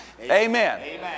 Amen